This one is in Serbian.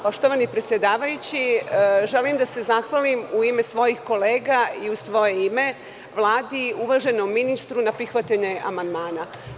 Poštovani predsedavajući, želim da se zahvalim u ime svojih kolega i u svoje ime Vladi, uvaženom ministru na prihvatanju amandmana.